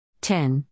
ten